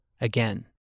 again